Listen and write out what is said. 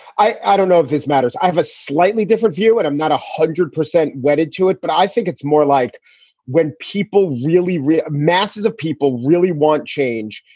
i i don't know if this matters. i have a slightly different view and i'm not a hundred percent wedded to it. but i think it's more like when people really really masses of people really want change.